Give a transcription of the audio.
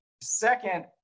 Second